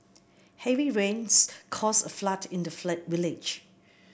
heavy rains caused a flood in the village